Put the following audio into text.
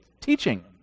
teaching